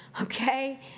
Okay